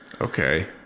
okay